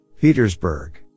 Petersburg